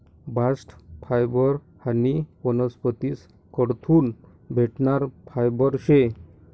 bast fibre हायी वनस्पतीस कडथून भेटणारं फायबर शे